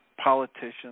politicians